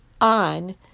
on